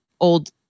old